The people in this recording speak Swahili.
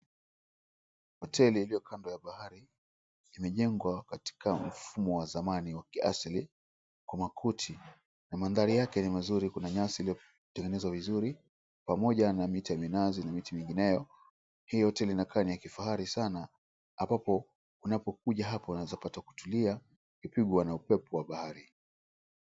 Hoteli ilio kando ya bahari imejengwa katika mfumo wa zamani wa kiasili kwa makuti na mandhari yake ni mazuri, kuna nyasi iliotengenezwa vizuri pamoja na miti ya minazi na miti mingineo. Hii hoteli inakaa ni ya kifahari sana ambapo wanapokuja hapo wanawezapata kutulia wakipigwa na upepo wa bahari.